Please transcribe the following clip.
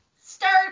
start